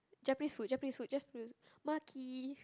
Japanese food Japanese food Japanese food maki